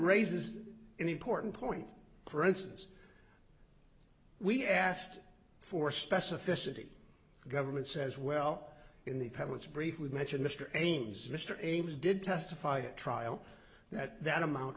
raises an important point for instance we asked for specificity the government says well in the public's briefly mention mr ames mr ames did testify a trial that that amount